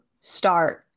start